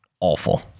awful